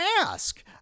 ask